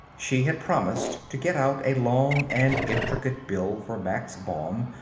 she had promised to get out a long and intricate bill for max baum,